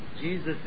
Jesus